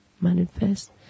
manifest